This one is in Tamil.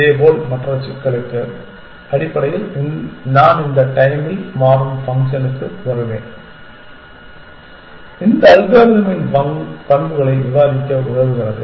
அதேபோல் மற்ற சிக்கலுக்கு அடிப்படையில் நான் இந்த டைம்மில் மாறும் ஃபங்க்ஷன்களுக்கு வருவேன் இந்த அல்காரிதமின் பண்புகளை விவாதிக்க உதவுகிறது